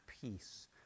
peace